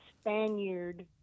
spaniard